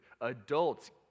adults